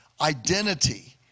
identity